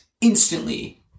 instantly